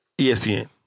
ESPN